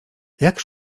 jak